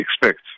expect